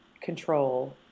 control